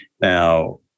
Now